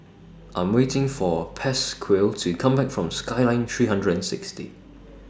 I'm waiting For Pasquale to Come Back from Skyline three hundred and sixty